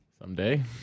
Someday